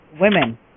women